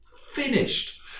finished